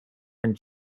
and